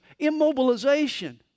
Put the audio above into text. immobilization